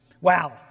Wow